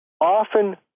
Often